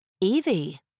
Evie